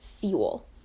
fuel